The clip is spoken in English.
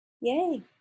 yay